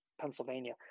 Pennsylvania